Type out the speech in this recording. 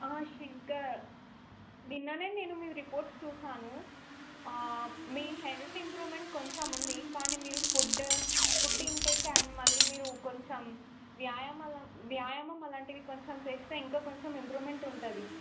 ఆ శంకర్ నిన్ననే నేను మీ రిపోర్ట్స్ చూసాను మీ హెల్త్ ఇంప్రూవ్మెంట్ కొంచెం ఉంది కానీ మీరు ఫుడ్ ఫుడ్ ఇంటేక్ అండ్ మళ్ళీ మీరు కొంచెం వ్యాయామల వ్యాయామం అలాంటివి కొంచెం చేస్తే ఇంకా కొంచెం ఇంప్రూవ్మెంట్ ఉంటుంది